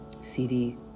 CD